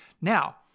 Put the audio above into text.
now